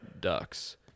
ducks